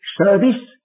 service